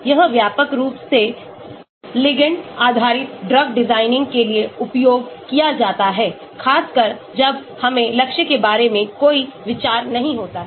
यह व्यापक रूप से लिगेंड आधारितड्रग डिजाइन के लिए उपयोग किया जाता है खासकर जब हमें लक्ष्य के बारे में कोई विचार नहीं होता है